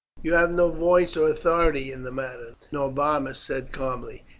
you have no voice or authority in the matter, norbanus said calmly.